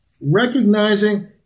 recognizing